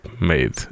made